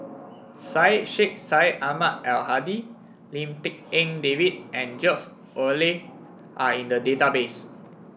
Syed Sheikh Syed Ahmad Al Hadi Lim Tik En David and George Oehler are in the database